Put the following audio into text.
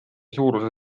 suuruse